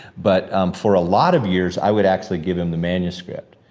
but for a lot of years i would actually give him the manuscript